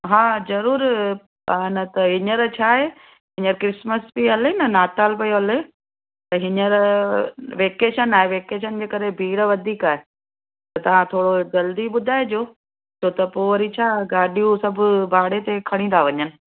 जा ज़रूरु तव्हां न त हींअर छा आहे हींअर क्रिसमस पई हले न नाताल पयो हले त हींअर वेकेशन आहे वेकेशन जे करे भीड़ वधीक आहे त तव्हां थोरो जल्दी ॿुधाइजो छो त पोइ वरी छा गाॾियूं सभु भाड़े ते खणी था वञनि